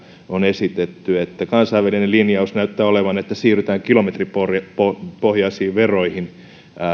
on esitetty kansainvälinen linjaus näyttää olevan että siirrytään kilometripohjaisiin veroihin